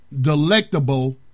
delectable